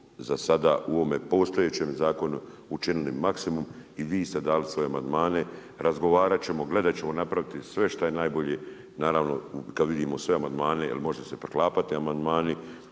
za sada u ovome postojećem zakonu učinili maksimum i vi ste dali svoje amandmane, razgovarat ćemo, gledat ćemo napraviti sve što je najbolje naravno kad vidimo sve amandmane jer može se preklapati amandmani